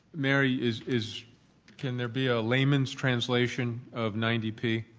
mary, is is can there be a layman's translation of ninety p?